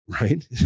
right